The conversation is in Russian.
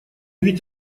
ведь